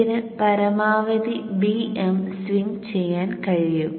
ഇതിന് പരമാവധി Bm swing ചെയ്യാൻ കഴിയും